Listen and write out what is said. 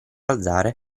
alzare